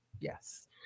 Yes